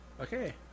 Okay